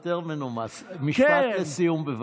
משפט לסיום, בבקשה.